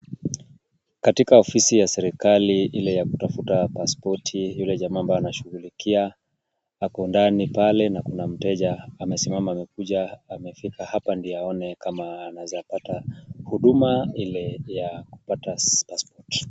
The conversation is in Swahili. Katika ofisi ya serikali ile ya kutafuta pasipoti, yule jamaa ambaye anashughulikia ako ndani pale na kuna mteja amesimama amekuja amefika hapa ndio aone kama anaweza pata huduma ile ya kupata pasipoti.